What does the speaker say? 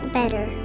better